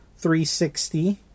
360